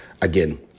Again